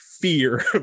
fear